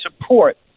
support